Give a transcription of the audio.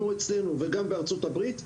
כמו אצלנו וגם בארצות הברית,